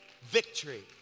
Victory